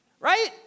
right